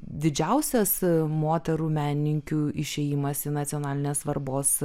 didžiausias moterų menininkių išėjimas į nacionalinės svarbos